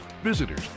Visitors